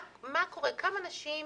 כמה נשים,